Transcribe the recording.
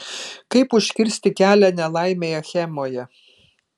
kaip užkirsti kelią nelaimei achemoje